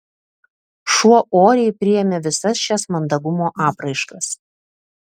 šuo oriai priėmė visas šias mandagumo apraiškas